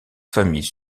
famille